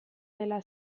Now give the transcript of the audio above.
dela